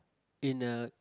in a